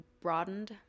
broadened